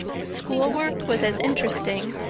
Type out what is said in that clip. schoolwork was as interesting,